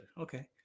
Okay